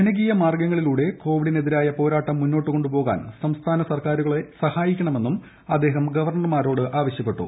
ജനകീയ മാർഗ്ഗങ്ങളിലൂടെ കോവിഡിനെതിരായ പോരാട്ടം മുന്നോട്ടുകൊണ്ടുപോകാൻ സംസ്ഥാന സർക്കാരുകളെ സഹായിക്കണമെന്നും അദ്ദേഹം ഗവർണ്ണർമാ്രോട് ആവശ്യപ്പെട്ടു